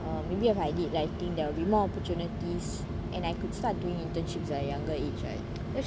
err maybe if I did like I think there will be more opportunities and I could start doing internships at a younger age